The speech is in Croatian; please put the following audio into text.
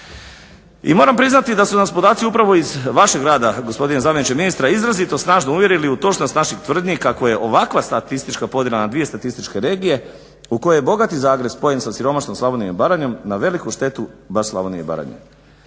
I moram priznati da su nas podaci upravo iz vašeg rada gospodine zamjeniče ministra izrazito snažno uvjerili u točnost naših tvrdnji kako je ovakva statistička podjela na dvije statističke regije u kojoj bogati Zagreb spojen sa siromašnom Slavoniju i Baranjom na veliku štetu baš Slavonije i Baranje.